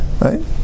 Right